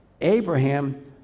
Abraham